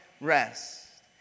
Rest